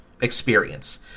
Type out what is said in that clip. experience